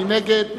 מי נגד?